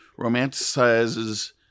romanticizes